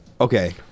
okay